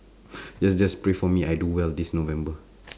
just just pray for me I do well for this november